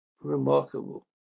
remarkable